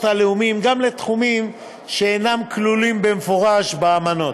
הלאומיים גם לתחומים שאינם כלולים במפורש באמנות,